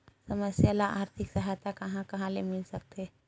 समस्या ल आर्थिक सहायता कहां कहा ले मिल सकथे?